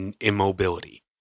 immobility